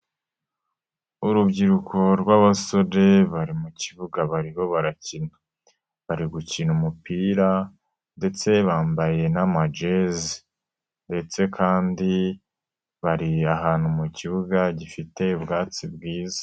Urubyiruko rw'abasore bari mu kibuga bariho barakina, bari gukina umupira ndetse bambaye n'amajezi ndetse kandi bari ahantu mu kibuga gifite ubwatsi bwiza.